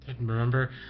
Remember